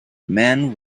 man